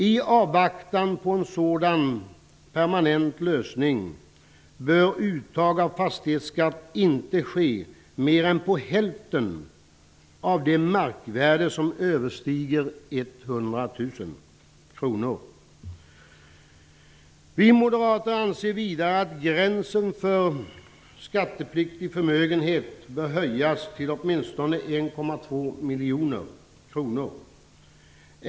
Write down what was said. I avvaktan på en sådan permanent lösning bör uttag av fastighetsskatt inte ske mer än på hälften av det markvärde som överstiger 100 000 kr. Vi moderater anser vidare att gränsen för skattepliktig förmögenhet bör höjas till åtminstone 1,2 miljoner kronor.